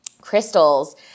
crystals